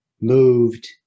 moved